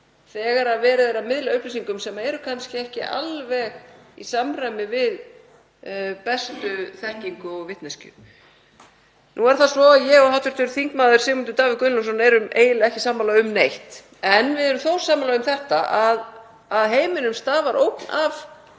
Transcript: þegar verið er að miðla upplýsingum sem eru kannski ekki alveg í samræmi við bestu þekkingu og vitneskju. Nú er það svo að ég og hv. þm. Sigmundur Davíð Gunnlaugsson erum eiginlega ekki sammála um neitt en við erum þó sammála um það að heiminum stafar ógn af